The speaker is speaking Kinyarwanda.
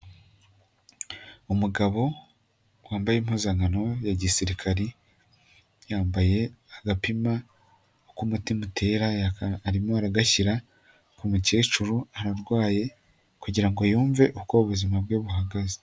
Umugabo wambaye impuzankano ya gisirikare, yambaye agapima uko umutima utera, arimo aragashyira ku mukecuru, ararwaye kugira ngo yumve uko ubuzima bwe buhagaze.